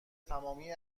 تمامی